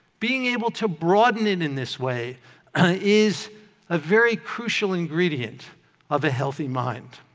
being able to broaden it in this way is a very crucial ingredient of a healthy mind.